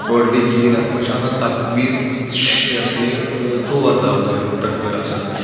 totally کِہیٖنۍ اَتھ منٛز چھِ آسان تقبیٖریہِ سا یہِ ژور تَقبیٖر تقبیٖر آسان حظ